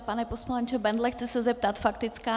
Pane poslanče Bendle, chci se zeptat faktická?